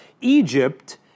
Egypt